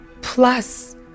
Plus